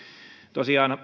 tosiaan